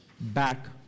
back